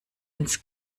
ins